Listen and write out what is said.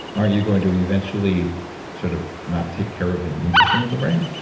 aren't you going to eventually sort of not take care of the immune system of the brain?